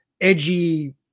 edgy